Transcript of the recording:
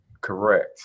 correct